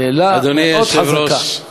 שאלה חזקה מאוד.